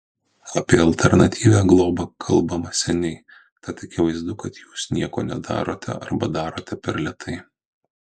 apie alternatyvią globą kalbama seniai tad akivaizdu kad jūs nieko nedarote arba darote per lėtai